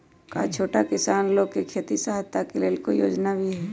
का छोटा किसान लोग के खेती सहायता के लेंल कोई योजना भी हई?